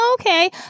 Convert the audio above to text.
okay